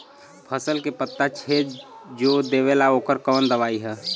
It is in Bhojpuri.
फसल के पत्ता छेद जो देवेला ओकर कवन दवाई ह?